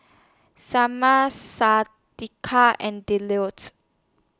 Samir Shadeka and